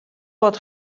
bod